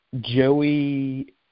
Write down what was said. Joey